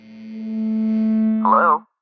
Hello